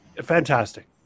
fantastic